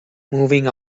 moving